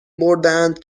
بردهاند